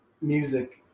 music